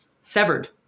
severed